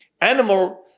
animal